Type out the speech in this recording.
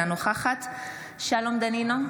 אינה נוכחת שלום דנינו,